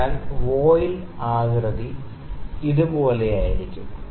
അതിനാൽ വോയിൽ ആകൃതി ഇതുപോലെയായിരിക്കണം